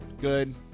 good